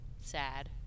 sad